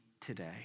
today